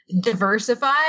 diversify